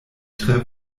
tre